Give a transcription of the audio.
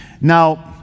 Now